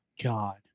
God